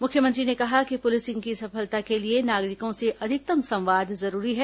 मुख्यमंत्री ने कहा कि पुलिसिंग की सफलता के लिए नागरिकों से अधिकतम संवाद जरूरी है